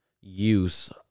use